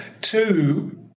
two